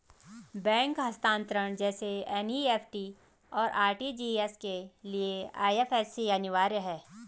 bank हस्तांतरण जैसे NEFT, और आर.टी.जी.एस के लिए आई.एफ.एस.सी अनिवार्य है